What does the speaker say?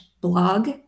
blog